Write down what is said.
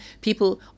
people